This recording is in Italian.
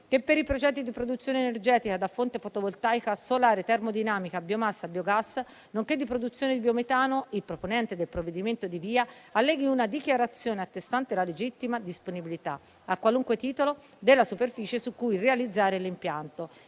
che, per i progetti di produzione energetica da fonte fotovoltaica, solare, termodinamica, a biomassa, a biogas, nonché di produzione di biometano, il proponente del provvedimento di VIA alleghi una dichiarazione attestante la legittima disponibilità, a qualunque titolo, della superficie su cui realizzare l'impianto,